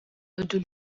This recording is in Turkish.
ödül